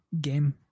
game